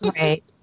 right